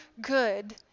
good